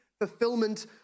fulfillment